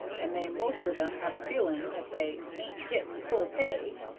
and they most of them have a feeling that they ain't getting full pay,